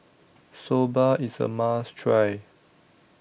Soba IS A must Try